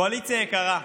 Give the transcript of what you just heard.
קואליציה יקרה,